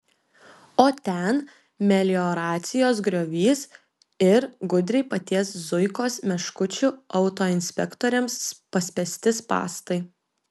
o ten melioracijos griovys ir gudriai paties zuikos meškučių autoinspektoriams paspęsti spąstai